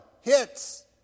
hits